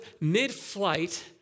mid-flight